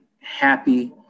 happy